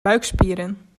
buikspieren